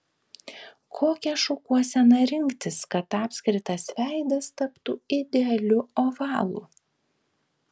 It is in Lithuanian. kokią šukuoseną rinktis kad apskritas veidas taptų idealiu ovalu